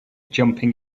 jumping